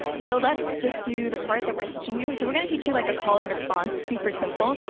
so let's just do the part that we're teaching you. so we're gonna teach you like a call and response, super simple,